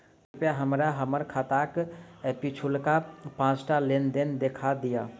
कृपया हमरा हम्मर खाताक पिछुलका पाँचटा लेन देन देखा दियऽ